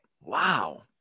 Wow